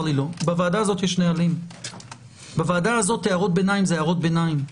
בוועדה הזאת הערות ביניים זה הערות ביניים,